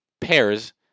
pairs